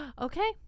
okay